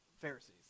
Pharisees